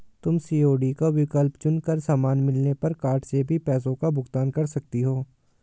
तुम सी.ओ.डी का विकल्प चुन कर सामान मिलने पर कार्ड से भी पैसों का भुगतान कर सकती हो